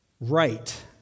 right